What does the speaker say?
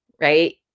right